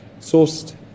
sourced